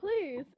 please